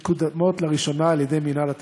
המקודמות לראשונה על-ידי מינהל התכנון,